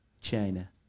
China